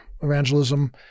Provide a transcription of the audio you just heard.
evangelism